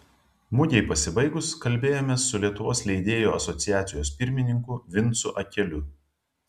mugei pasibaigus kalbėjomės su lietuvos leidėjų asociacijos pirmininku vincu akeliu